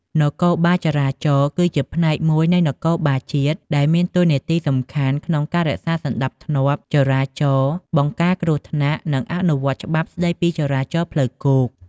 នគរបាលចរាចរណ៍ គឺជាផ្នែកមួយនៃនគរបាលជាតិ ដែលមានតួនាទីសំខាន់ក្នុងការរក្សាសណ្ដាប់ធ្នាប់ចរាចរណ៍ បង្ការគ្រោះថ្នាក់ និងអនុវត្តច្បាប់ស្ដីពីចរាចរណ៍ផ្លូវគោក។